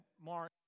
Mark